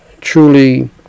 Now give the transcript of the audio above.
truly